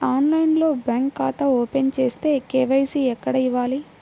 ఆన్లైన్లో బ్యాంకు ఖాతా ఓపెన్ చేస్తే, కే.వై.సి ఎక్కడ ఇవ్వాలి?